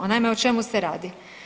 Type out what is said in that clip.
Naime, o čemu se radi.